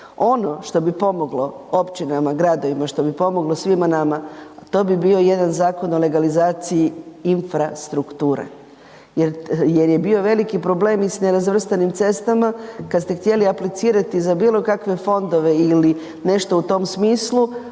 Ono što bi pomoglo općinama, gradovima što bi pomoglo svima nama, a to bi bio jedan zakon o legalizaciji infrastrukture, jer je bio veliki problem i s nerazvrstanim cestama kad ste htjeli aplicirati za bilo kakve fondove ili nešto u tom smislu.